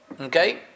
Okay